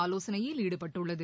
ஆலோசனையில் ஈடுபட்டுள்ளது